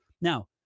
Now